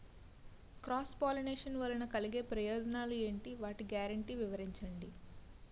Cross pollination వలన కలిగే ప్రయోజనాలు ఎంటి? వాటి గ్యారంటీ వివరించండి?